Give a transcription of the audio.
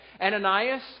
Ananias